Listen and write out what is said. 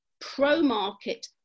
pro-market